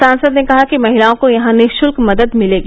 सांसद ने कहा कि महिलाओं को यहां निशुल्क मदद मिलेगी